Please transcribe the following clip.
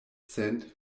cent